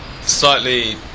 slightly